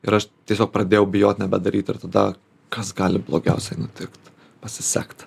ir aš tiesiog pradėjau bijot nebedaryt ir tada kas gali blogiausia nutikt pasisekt